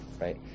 right